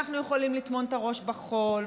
אנחנו יכולים לטמון את הראש בחול,